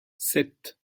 sept